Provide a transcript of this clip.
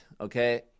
Okay